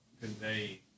convey